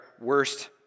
worst